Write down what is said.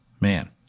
Man